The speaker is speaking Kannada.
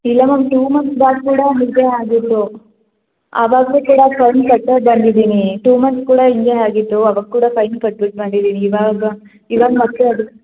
ಇಲ್ಲ ಮ್ಯಾಮ್ ಟೂ ಮಂತ್ಸ್ ಬ್ಯಾಕ್ ಕೂಡ ಹೀಗೇ ಆಗಿತ್ತು ಅವಾಗಲೂ ಕೂಡ ಫೈನ್ ಕಟ್ಟೇ ಬಂದಿದ್ದೀನಿ ಟೂ ಮಂತ್ಸ್ ಕೂಡ ಹಿಂಗೇ ಆಗಿತ್ತು ಅವಾಗ ಕೂಡ ಫೈನ್ ಕಟ್ಬಿಟ್ಟು ಬಂದಿದ್ದೀನಿ ಇವಾಗ ಇವಾಗ ಮತ್ತೆ ಅದು